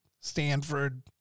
Stanford